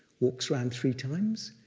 walks around three times,